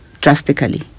drastically